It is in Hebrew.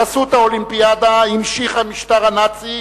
בחסות האולימפיאדה המשיך המשטר הנאצי,